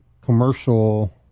commercial